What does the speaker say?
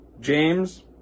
James